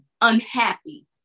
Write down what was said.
unhappy